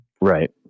Right